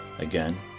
Again